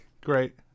great